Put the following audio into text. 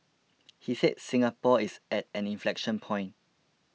he said Singapore is at an inflection point